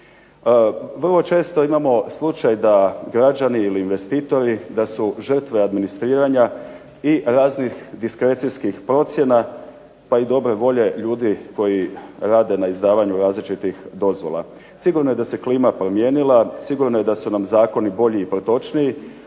Vrlo često imamo slučaj da građani ili investitori da su žrtve administriranja i raznih diskrecijskih procjena pa i dobre volje ljudi koji rade na izdavanju različitih dozvola. Sigurno je da se klima promijenila, sigurno je da su nam zakoni bolji i protočniji,